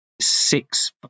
six